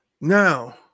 Now